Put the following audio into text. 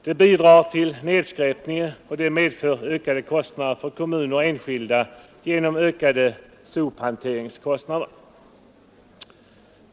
Den bidrar till nedskräpningen och medför högre kostnader för kommuner och enskilda genom ökade sophämtningskostnader.